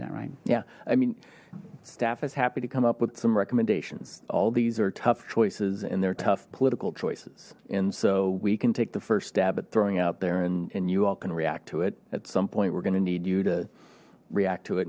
that right yeah i mean staff is happy to come up with some recommendations all these are tough choices and they're tough political choices and so we can take the first stab at throwing out there and you all can react to it at some point we're going to need you to react to it